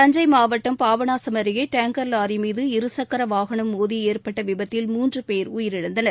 தஞ்சை மாவட்டம் பாபநாசம் அருகே tanker lorry மீது இருசக்கர வாகனம் மோதி ஏற்பட்ட விபத்தில் மூன்று பேர் உயிரிழந்தனர்